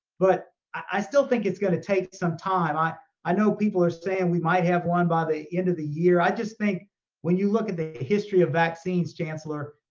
but i still think it's gonna take some time. i i know people are saying we might have one by the end of the year. i just think when you look at the history of vaccines, chancellor,